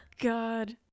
god